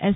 S